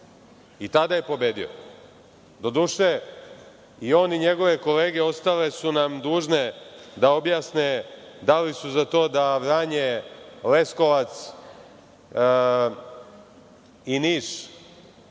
i tada je pobedio. Doduše i on i njegove kolege ostale su nam dužne da objasne da li su za to da Vranje, Leskovac i Niš